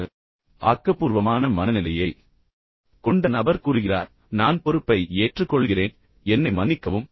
இப்போது மறுபுறம் ஆக்கபூர்வமான மனநிலையை கொண்ட நபர் கூறுகிறார் நான் பொறுப்பை ஏற்றுக்கொள்கிறேன் என்னை மன்னிக்கவும்